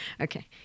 Okay